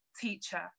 teacher